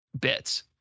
bits